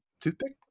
toothpick